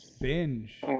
Binge